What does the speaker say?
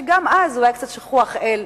שגם אז אולי היה קצת שכוח אל,